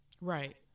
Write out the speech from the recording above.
Right